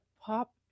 pop